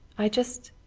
i just